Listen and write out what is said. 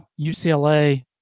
UCLA